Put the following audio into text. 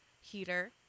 heater